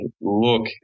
look